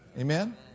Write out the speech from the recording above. amen